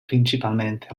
principalmente